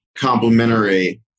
complementary